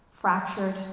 fractured